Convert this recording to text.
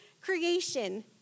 creation